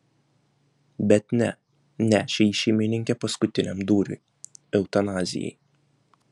bet ne nešė jį šeimininkė paskutiniam dūriui eutanazijai